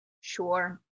Sure